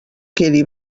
quedi